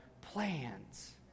plans